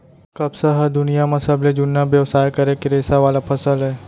कपसा ह दुनियां म सबले जुन्ना बेवसाय करे के रेसा वाला फसल अय